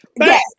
Yes